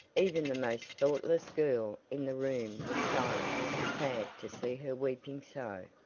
even the most thoughtless girl in the room was silent and sad to see her weeping so.